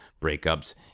breakups